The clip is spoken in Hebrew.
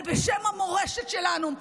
בשם המורשת שלנו,